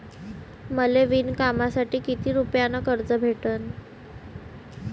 मले विणकामासाठी किती रुपयानं कर्ज भेटन?